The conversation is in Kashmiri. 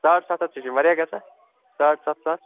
ساڑ سَتھ ہَتھ تہِ چھِ وایاہ گژھان ساڑ سَتھ ساس